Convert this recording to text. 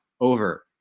over